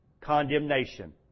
condemnation